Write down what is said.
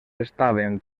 estaven